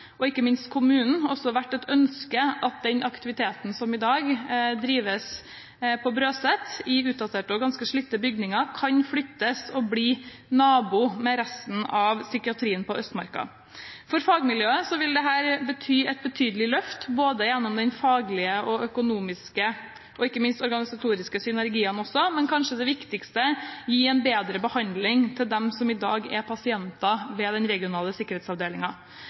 et ønske at den aktiviteten som i dag drives på Brøset i utdaterte og ganske slitte bygninger, kan flyttes og bli nabo med resten av psykiatrien på Østmarka. For fagmiljøet vil dette gi et betydelig løft gjennom både de faglige, de økonomiske og ikke minst de organisatoriske synergiene, men kanskje det viktigste: Det vil gi dem som i dag er pasienter ved den regionale